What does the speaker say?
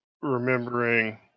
remembering